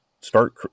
start